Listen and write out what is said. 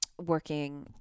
working